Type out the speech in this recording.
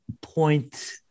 point